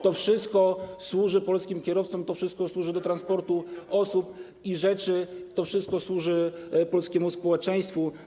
To wszystko służy polskim kierowcom, to wszystko służy transportowi osób i rzeczy, to wszystko służy polskiemu społeczeństwu.